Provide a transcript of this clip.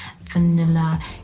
vanilla